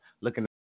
looking